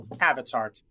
Avatar